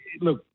look